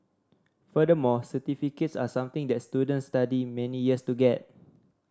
furthermore certificates are something that students study many years to get